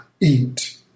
eat